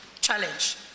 challenge